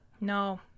No